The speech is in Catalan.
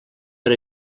per